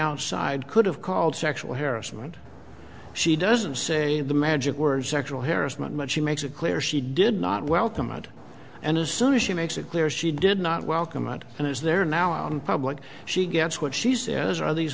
outside could have called sexual harassment she doesn't say the magic word sexual harassment but she makes it clear she did not welcome it and as soon as she makes it clear she did not welcome and and is there now public she gets what she says are these